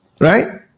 right